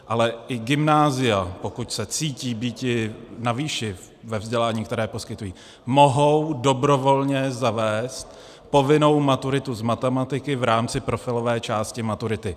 Ale i gymnázia, pokud se cítí býti na výši ve vzdělání, které poskytují, mohou dobrovolně zavést povinnou maturitu z matematiky v rámci profilové části maturity.